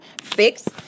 fix